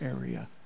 area